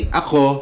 ako